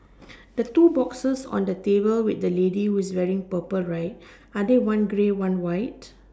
there is two boxes on the table with the ladies who is wearing purple right is it one grey one white